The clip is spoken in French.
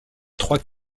trois